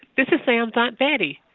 this is sam's aunt betty.